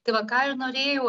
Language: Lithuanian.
tai va ką ir norėjau